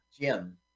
Jim